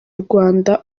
rwanda